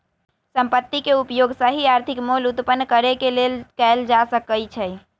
संपत्ति के उपयोग सही आर्थिक मोल उत्पन्न करेके लेल कएल जा सकइ छइ